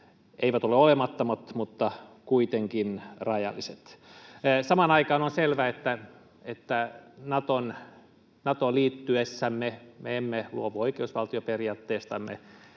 eivät ole olemattomat mutta kuitenkin rajalliset. Samaan aikaan on selvää, että Natoon liittyessämme me emme luovu oikeusvaltioperiaatteestamme,